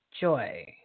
joy